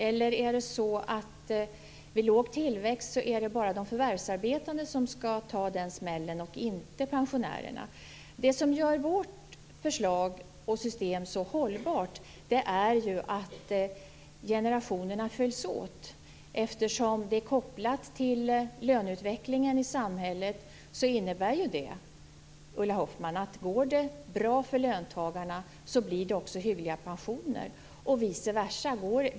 Eller är det så att vid låg tillväxt är det bara de förvärvsarbetande som skall ta smällen och inte pensionärerna? Det som gör vårt system så hållbart är ju att generationerna följs åt. Eftersom det är kopplat till löneutvecklingen i samhället innebär det ju, Ulla Hoffmann, att om det går bra för löntagarna blir det också hyggliga pensioner och vice versa.